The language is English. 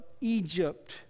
Egypt